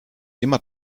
immer